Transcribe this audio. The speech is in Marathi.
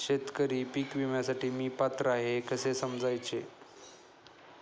शेतकरी पीक विम्यासाठी मी पात्र आहे हे कसे समजायचे?